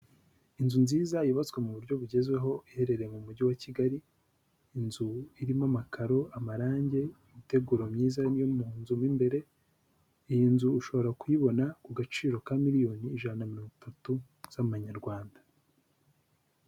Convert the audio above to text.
Inzu nziza yubatswe mu buryo bugezweho iherereye mu mujyi wa Kigali, inzu irimo amakaro, amarangi, imiteguro myiza yo mu nzu mo imbere, iyi nzu ushobora kuyibona ku gaciro ka miliyoni ijana na mirongo itatu z'amanyarwanda.